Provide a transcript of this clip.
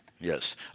Yes